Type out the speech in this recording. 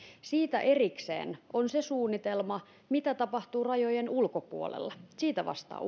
erikseen on se suunnitelma mitä tapahtuu rajojen ulkopuolella siitä vastaa